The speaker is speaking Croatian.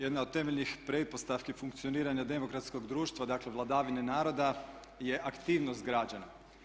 Jedna od temeljnih pretpostavki funkcioniranja demokratskog društva dakle vladavine naroda je aktivnost građana.